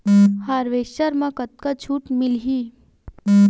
Harvester म कतका छूट मिलही?